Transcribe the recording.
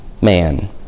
Man